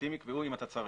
המפרטים יקבעו אם אתה צריך.